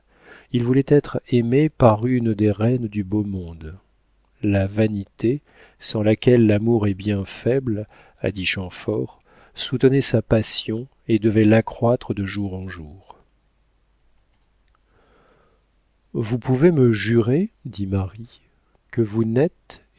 il voulait être aimé par une des reines du beau monde la vanité sans laquelle l'amour est bien faible a dit champfort soutenait sa passion et devait l'accroître de jour en jour vous pouvez me jurer dit marie que vous n'êtes